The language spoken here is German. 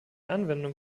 anwendungen